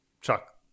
chuck